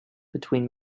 between